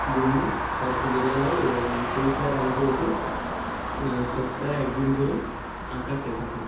জন্য স্যার খুঁজে দেওয়া হয় এবং সেই স্যার আমাকে এসে সপ্তাহে একদিন করে আঁকা শেখাতেন